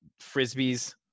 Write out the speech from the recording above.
Frisbees